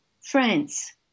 France